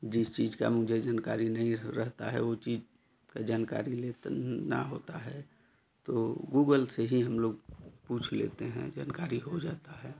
जिस चीज़ की मुझे जानकारी नहीं रहती है वह चीज़ की जानकारी लेत ना होता है तो गूगल से ही हम लोग पूछ लेते हैं जानकारी हो जाती है